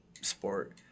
Sport